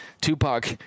Tupac